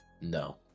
no